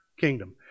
kingdom